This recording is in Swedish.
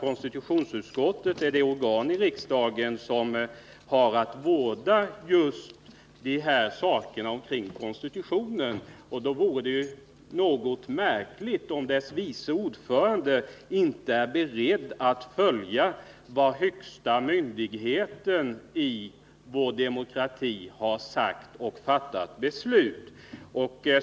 Konstitutionsutskottet är i alla fall det organ i riksdagen som har att vårda just de här aktuella frågorna i vår konstitution. Då är det något märkligt om utskottets vice ordförande inte är beredd att följa vad denna den högsta myndigheten i vår demokrati har sagt och riksdagen fattat beslut om.